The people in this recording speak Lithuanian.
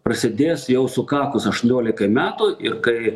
prasidės jau sukakus aštuoniolikai metų ir kai